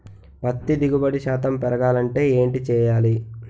పత్తి దిగుబడి శాతం పెరగాలంటే ఏంటి చేయాలి?